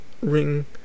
ring